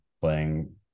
playing